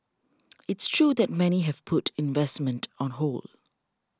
it's true that many have put investment on hold